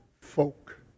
folk